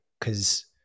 Cause